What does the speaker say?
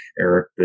Eric